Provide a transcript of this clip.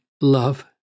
love